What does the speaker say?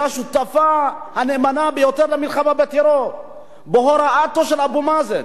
השותפה הנאמנה ביותר למלחמה בטרור בהוראתו של אבו מאזן.